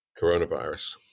coronavirus